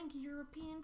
European